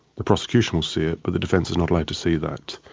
the prosecution will see it, but the defence is not allowed to see that.